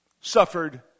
suffered